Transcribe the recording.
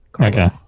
Okay